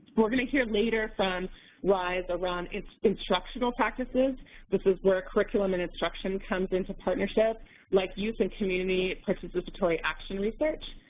we're going to hear later from ryse around its instructional practices this is where curriculum and instruction comes into partnership like youth and community participatory action research.